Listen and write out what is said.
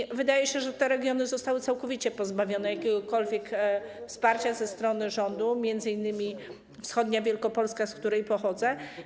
I wydaje się, że te regiony zostały całkowicie pozbawione jakiegokolwiek wsparcia ze strony rządu, m.in. wschodnia Wielkopolska, z której pochodzę.